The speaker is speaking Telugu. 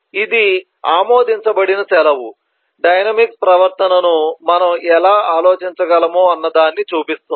ఇది ఆమోదించబడిన సెలవు డైనమిక్స్ ప్రవర్తనను మనం ఎలా ఆలోచించగలమో అన్న దాన్ని చూపిస్తుంది